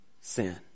sin